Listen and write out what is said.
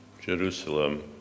Jerusalem